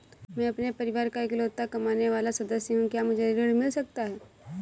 मैं अपने परिवार का इकलौता कमाने वाला सदस्य हूँ क्या मुझे ऋण मिल सकता है?